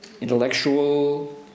intellectual